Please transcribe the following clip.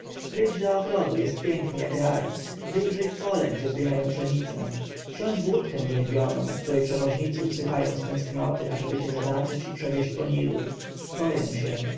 wyjdź do ogrodu jest piękny jak raj wyjrzyj w pole gdzie zbierają pszenicę siądź w łódkę rzeźbioną której przewoźnicy usychają z tęsknoty ażeby cię zobaczyć i przewieźć po nilu boję się